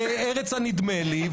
ארץ הנדמה לי,